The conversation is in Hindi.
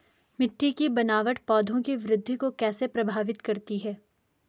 मिट्टी की बनावट पौधों की वृद्धि को कैसे प्रभावित करती है?